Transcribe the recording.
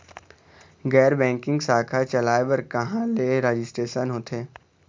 गैर बैंकिंग शाखा चलाए बर कहां ले रजिस्ट्रेशन होथे?